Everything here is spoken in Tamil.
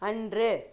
அன்று